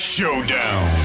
Showdown